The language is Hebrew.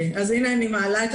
פה את